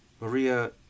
Maria